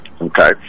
okay